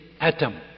atom